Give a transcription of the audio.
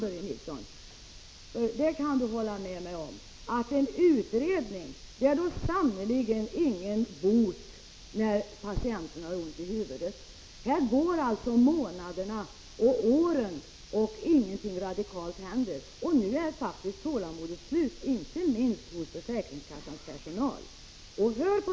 Börje Nilsson bör kunna hålla med mig om att en utredning sannerligen inte är någon bot när patienten har ont i huvudet. Här går månaderna och åren, men inget radikalt händer. Nu är faktiskt tålamodet slut, inte minst hos försäkringskassornas personal. Lyssna på den!